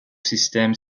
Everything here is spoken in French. système